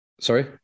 Sorry